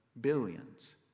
billions